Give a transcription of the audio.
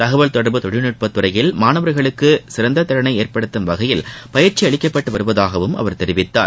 தகவல் தொடர்பு தொழில்நுட்பத் துறையில் மாணவர்களுக்கு சிறந்த திறனை ஏற்படுத்தும் வகையில் பயிற்சி அளிக்கப்பட்டு வருவதாகவும் அவர் தெரிவித்தார்